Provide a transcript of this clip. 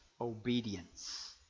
obedience